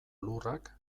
lurrak